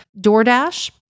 DoorDash